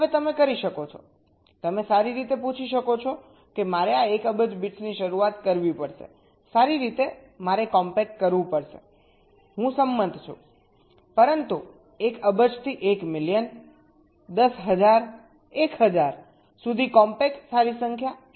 હવે તમે કરી શકો છો તમે સારી રીતે પૂછી શકો છો કે મારે આ 1 અબજ બિટ્સથી શરૂઆત કરવી પડશે સારી રીતે મારે કોમ્પેક્ટ કરવું પડશે હું સંમત છું પરંતુ 1 અબજથી 1 મિલિયન 10000 1000 સુધી કોમ્પેક્ટ સારી સંખ્યા શું હશે